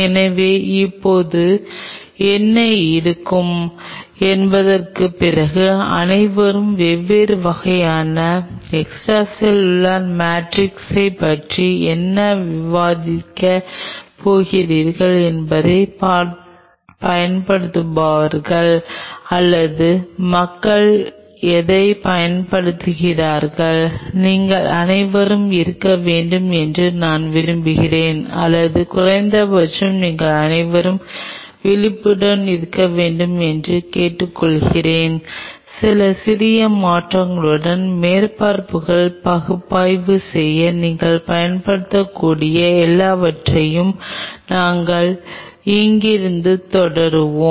எனவே இப்போது என்ன இருக்கும் என்பதற்குப் பிறகு அனைவருமே வெவ்வேறு வகையான எக்ஸ்ட்ராசெல்லுலர் மேட்ரிக்ஸைப் பற்றி என்ன விவாதிக்கப் போகிறார்கள் எதைப் பயன்படுத்துவார்கள் அல்லது மக்கள் எதைப் பயன்படுத்துகிறார்கள் நீங்கள் அனைவரும் இருக்க வேண்டும் என்று நான் விரும்புகிறேன் அல்லது குறைந்தபட்சம் நீங்கள் அனைவரும் விழிப்புடன் இருக்க வேண்டும் என்று கேட்டுக்கொள்கிறேன் சில சிறிய மாற்றங்களுடன் மேற்பரப்புகளை பகுப்பாய்வு செய்ய நீங்கள் பயன்படுத்தக்கூடிய எல்லாவற்றையும் நாங்கள் இங்கிருந்து தொடருவோம்